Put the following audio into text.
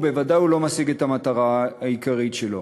ובוודאי הוא לא משיג המטרה העיקרית שלו.